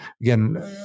Again